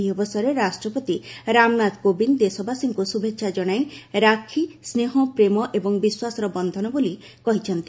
ଏହି ଅବସରରେ ରାଷ୍ଟ୍ରପତି ରାମନାଥ କୋବିନ୍ଦ ଦେଶବାସୀଙ୍କୁ ଶୁଭେଚ୍ଛା ଜଣାଇ ରାକ୍ଷୀ' ସ୍ବେହ ପ୍ରେମ ଏବଂ ବିଶ୍ୱାସର ବନ୍ଧନ ବୋଲି ସେ କହିଛନ୍ତି